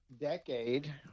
decade